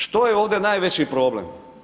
Što je ovdje najveći problem?